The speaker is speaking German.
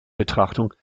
betrachtung